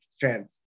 chance